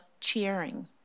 cheering